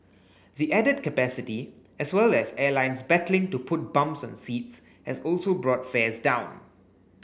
the added capacity as well as airlines battling to put bums on seats has also brought fares down